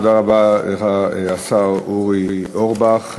תודה רבה לך, השר אורי אורבך.